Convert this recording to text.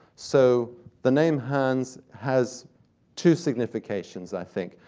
so the name hans has two significations, i think.